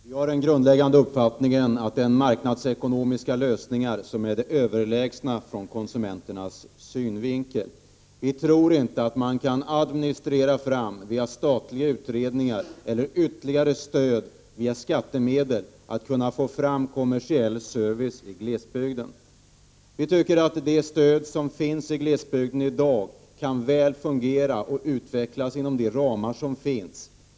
Fru talman! Vår grundläggande uppfattning är att marknadsekonomiska lösningar är överlägsna ur konsumenternas synvinkel. Vi tror inte att man via statliga utredningar eller ytterligare stöd från skattemedel kan administrera fram kommersiell service i glesbygden. Det stöd som i dag ges till glesbygden kan fungera och utvecklas inom de befintliga ramarna .